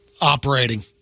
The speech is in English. operating